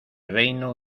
reino